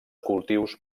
cultius